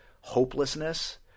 hopelessness